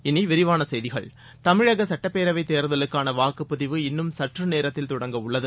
இனிவிரிவானசெய்திகள் தமிழகசட்டப்பேரவைத் தேர்தலுக்கானவாக்குப்பதிவு இன்னும் சற்றுநேரத்தில் தொடங்க உள்ளது